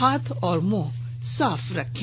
हाथ और मुंह साफ रखें